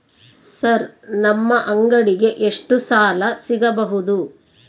Sir ನಮ್ಮ ಅಂಗಡಿಗೆ ಎಷ್ಟು ಸಾಲ ಸಿಗಬಹುದು?